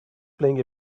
playing